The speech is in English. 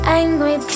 angry